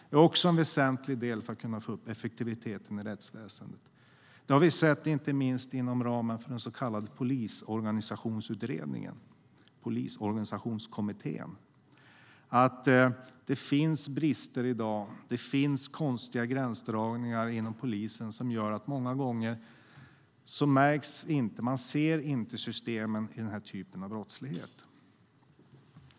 Det är också väsentligt för att kunna få upp effektiviteten i rättsväsendet. Vi har inte minst inom ramen för Polisorganisationskommittén sett att det finns brister i dag. Det finns konstiga gränsdragningar inom polisen som gör att man många gånger inte ser systemen i den här typen av brottslighet.